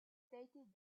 stated